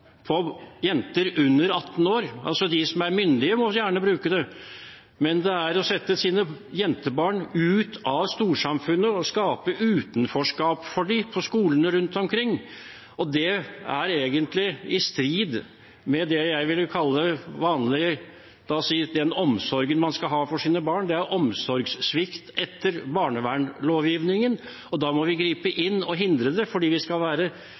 for jenter under 18 år. De som er myndige, må gjerne bruke det, men det er å sette sine jentebarn ut av storsamfunnet og skape utenforskap for dem på skolene rundt omkring. Det er egentlig i strid med det jeg ville kalle den vanlige – la oss si – omsorgen man skal ha for sine barn. Det er omsorgssvikt etter barnevernslovgivningen, og da må vi gripe inn og hindre det, fordi vi skal være